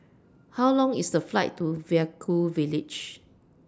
How Long IS The Flight to Vaiaku Village